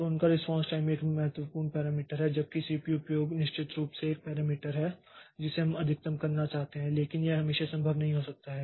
तो उनका response time एक महत्वपूर्ण पैरामीटर है जबकि सीपीयू उपयोग निश्चित रूप से 1 पैरामीटर है जिसे हम अधिकतम करना चाहते हैं लेकिन यह हमेशा संभव नहीं हो सकता है